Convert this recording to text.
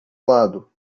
lado